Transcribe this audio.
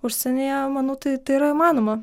užsienyje manau tai yra įmanoma